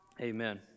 Amen